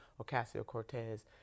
ocasio-cortez